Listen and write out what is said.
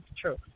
true